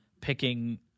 picking